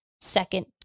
second